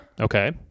Okay